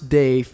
day